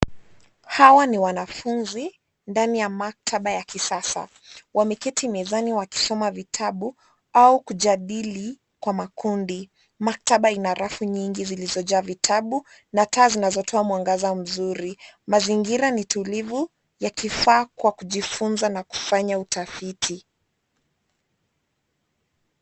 Hawa ni wanafunzi, ndani ya maktaba ya kisasa. Wameketi mezani wakisoma vitabu au kujadili kwa makundi. Maktaba ina rafu nyingi zilizojaa vitabu na taa zinazotoa mwangaza mzuri. Mazingira ni tulivu, yakifaa kwa kujifunza na kufanya utafiti.